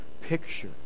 picture